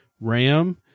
ram